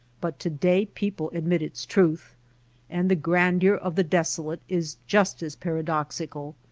but to-day people admit its truth and the grandeur of the desolate is just as paradoxical,